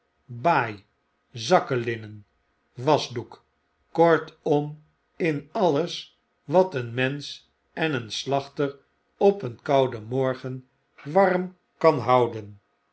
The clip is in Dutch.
baai zakkelinnen wasdoek kortom in alles wat een mensch en een slachter op een kouden morgen warm kan houden